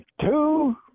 two